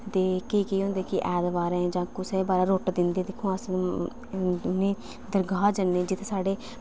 देवते केह् केह् होंदे कि ऐतबारें जां कुसै बारें रुट्ट दिंदे ते खुआसने ते दरगाह् जन्ने जित्थै साढ़े